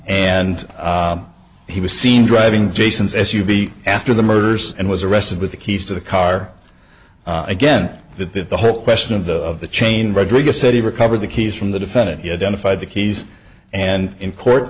and he was seen driving jason's s u v after the murders and was arrested with the keys to the car again that that the whole question of the of the chain rodriguez said he recovered the keys from the defendant he had done if i had the keys and in